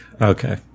Okay